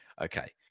Okay